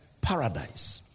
paradise